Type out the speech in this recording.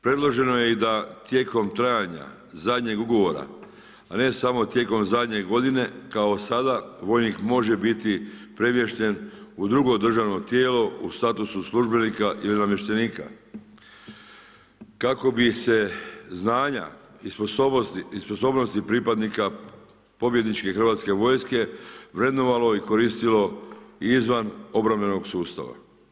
Predloženo je i da tijekom trajanja zadnjeg ugovora, a ne samo tijekom zadnje godine kao sada vojnik može biti premješten u drugo državno tijelo u statusu službenika ili namještenika, kako bi se znanja i sposobnosti pripadnika pobjedničke hrvatske vojske vrednovalo i koristilo izvan obrambenog sustava.